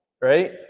right